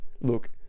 look